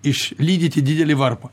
išlydyti didelį varpą